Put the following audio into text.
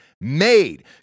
made